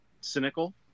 cynical